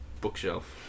bookshelf